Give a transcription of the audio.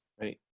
Right